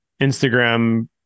Instagram